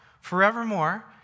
forevermore